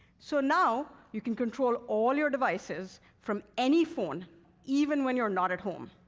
so now you can control all your devices from any phone even when you're not at home.